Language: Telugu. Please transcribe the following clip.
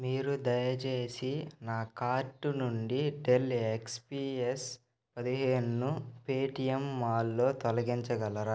మీరు దయచేసి నా కార్ట్ నుండి డెల్ ఎక్స్ పీ ఎస్ పదిహేనును పేటీఎం మాల్లో తొలగించగలరా